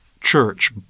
church